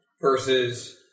Versus